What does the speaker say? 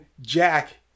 Jack